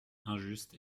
injuste